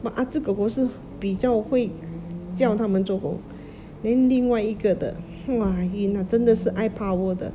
but ah zi kor kor 是比较会叫他们做工 then 另外一个的 !wah! 晕啊真的是 eye power 的